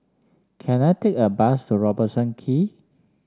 can I take a bus to Robertson Quay